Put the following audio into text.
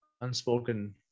unspoken